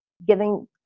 giving